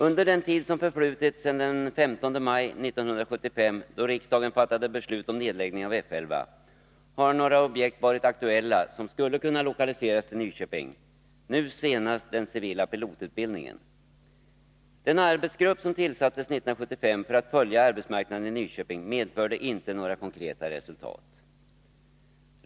Under den tid som förflutit sedan den 15 maj 1975, då riksdagen fattade beslut om nedläggning av F 11, har några objekt varit aktuella som skulle kunna lokaliseras till Nyköping, nu senast den civila pilotutbildningen. Den arbetsgrupp som tillsattes 1975 för att följa arbetsmarknaden i Nyköping ledde inte till några konkreta resultat.